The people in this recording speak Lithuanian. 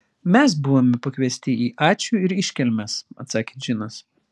mes buvome pakviesti į ačiū ir iškilmes atsakė džinas